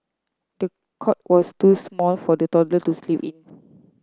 the cot was too small for the toddler to sleep in